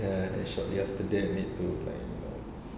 ya then shortly after that need to like err